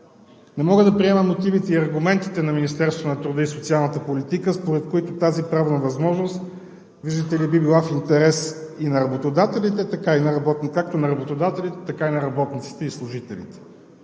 Не мога да приема мотивите и аргументите на Министерството на труда и социалната политика, според които тази правна възможност, виждате ли, би била в интерес както на работодателите, така и на работниците и служителите.